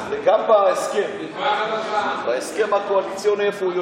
חבר הכנסת אורי מקלב,